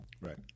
Right